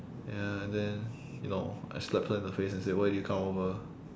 ya then you know I slapped her in the face and said why did you come over